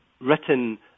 written